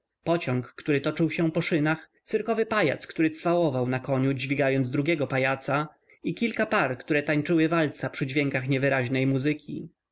pociąg który toczył się po szynach cyrkowy pajac który cwałował na koniu dźwigając drugiego pajaca i kilka par które tańczyły walca przy dźwiękach niewyraźnej muzyki